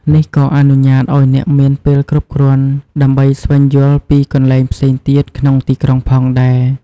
នេះក៏អនុញ្ញាតឱ្យអ្នកមានពេលគ្រប់គ្រាន់ដើម្បីស្វែងយល់ពីកន្លែងផ្សេងទៀតក្នុងទីក្រុងផងដែរ